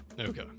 Okay